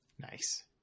Nice